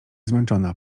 zmęczona